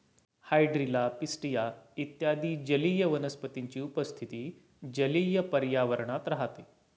hydrilla, pistia इत्यादी जलीय वनस्पतींची उपस्थिती जलीय पर्यावरणात राहते